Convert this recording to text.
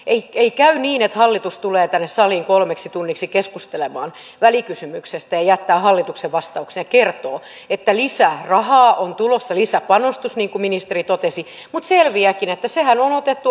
ei käy että hallitus tulee tänne saliin kolmeksi tunniksi keskustelemaan välikysymyksestä ja jättää hallituksen vastauksen ja kertoo että lisää rahaa on tulossa lisäpanostus niin kuin ministeri totesi mutta selviääkin että tämä rahahan on otettu opintotukijärjestelmästä suoraan